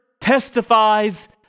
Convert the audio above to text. testifies